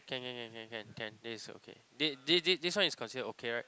can can can can can can this is okay this this this this one is considered okay right